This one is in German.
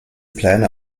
pläne